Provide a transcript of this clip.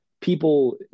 people